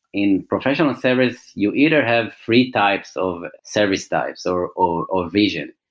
in professional service, you either have three types of service types, or or ah vision.